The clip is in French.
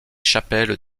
chapelles